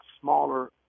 smaller